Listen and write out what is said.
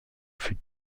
fut